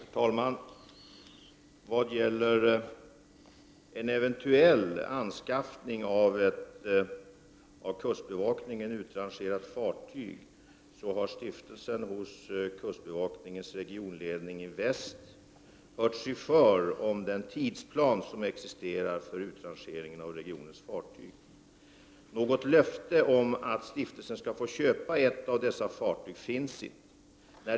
Herr talman! När det gäller en eventuell anskaffning av ett av kustbevakningen utrangerat fartyg har stiftelsen hos kustbevakningens regionledning i väst hört sig för om den tidsplan som existerar för utrangeringen av regionens fartyg. Något löfte om att stiftelsen skall få köpa ett av dessa fartyg finns inte.